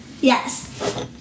Yes